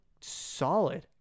solid